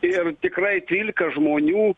ir tikrai trylika žmonių